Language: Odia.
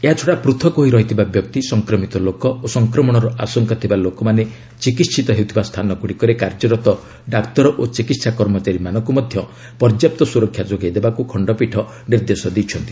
ଏହାଛଡ଼ା ପୂଥକ ହୋଇ ରହିଥିବା ବ୍ୟକ୍ତି ସଂକ୍ରମିତ ଲୋକ ଓ ସଂକ୍ରମଣର ଆଶଙ୍କା ଥିବା ଲୋକମାନେ ଚିକିିିିତ ହେଉଥିବା ସ୍ଥାନଗୁଡ଼ିକରେ କାର୍ଯ୍ୟରତ ଡାକ୍ତର ଓ ଚିକିତ୍ସା କର୍ମଚାରୀମାନଙ୍କୁ ମଧ୍ୟ ପର୍ଯ୍ୟାପ୍ତ ସୁରକ୍ଷା ଯୋଗାଇ ଦେବାକୁ ଖଣ୍ଡପୀଠ ନିର୍ଦ୍ଦେଶ ଦେଇଛନ୍ତି